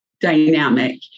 dynamic